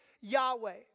Yahweh